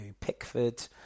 Pickford